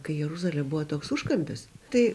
kai jeruzalė buvo toks užkampis tai